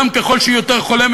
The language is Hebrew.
ככל שיהיה יותר חולה,